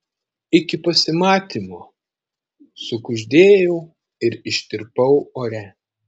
iki pasimatymo sukuždėjau ir ištirpau ore